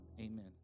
amen